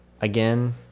again